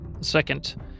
second